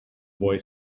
boy